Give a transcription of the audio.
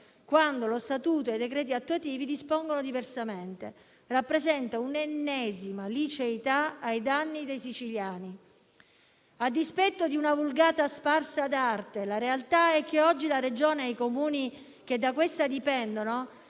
mentre lo Statuto e i decreti attuativi dispongono diversamente, rappresenta un'ennesima illiceità ai danni dei siciliani. A dispetto di una vulgata sparsa ad arte, la realtà è che oggi la Regione e i Comuni che da questa dipendono